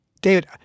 David